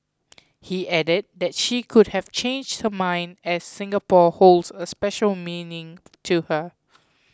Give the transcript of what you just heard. he added that she could have changed her mind as Singapore holds a special meaning to her